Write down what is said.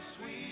sweet